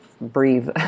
breathe